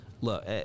look